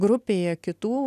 grupėje kitų